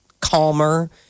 calmer